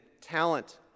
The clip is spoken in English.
talent